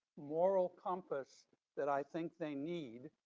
moral compass that i think they need,